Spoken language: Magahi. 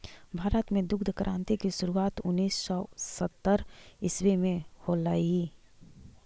भारत में दुग्ध क्रान्ति की शुरुआत उनीस सौ सत्तर ईसवी में होलई